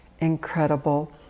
incredible